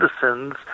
citizens